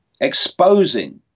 exposing